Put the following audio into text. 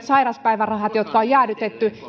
sairauspäivärahojen jotka on jäädytetty